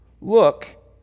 look